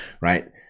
right